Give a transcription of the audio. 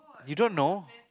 you don't know